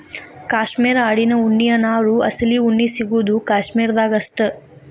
cashmere ಆಡಿನ ಉಣ್ಣಿಯ ನಾರು ಅಸಲಿ ಉಣ್ಣಿ ಸಿಗುದು ಕಾಶ್ಮೇರ ದಾಗ ಅಷ್ಟ